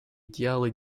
идеалы